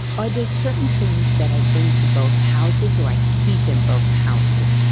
are there certain things that i bring to both houses or i keep in both houses?